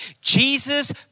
Jesus